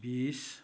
बिस